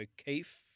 O'Keefe